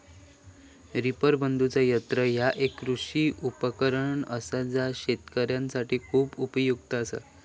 reaper बांधुचा यंत्र ह्या एक कृषी उपकरण असा जा शेतकऱ्यांसाठी खूप उपयुक्त असा